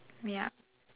yup